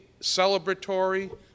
celebratory